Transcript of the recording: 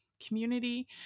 Community